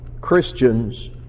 christians